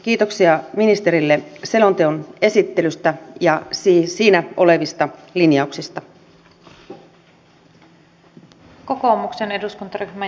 kiitoksia ministerille selonteon esittelystä ja siinä olevista linjauksista